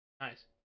Nice